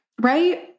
Right